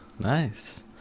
Nice